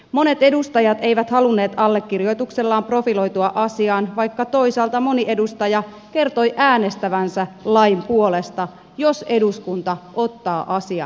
monet edustajat eivät halunneet allekirjoituksellaan profiloitua asiaan vaikka toisaalta moni edustaja kertoi äänestävänsä lain puolesta jos eduskunta ottaa asian käsittelyyn